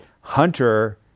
Hunter